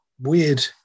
weird